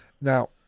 Now